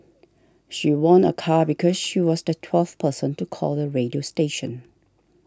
she won a car because she was the twelfth person to call the radio station